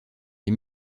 les